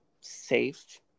safe